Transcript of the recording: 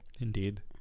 Indeed